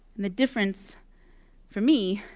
the difference for me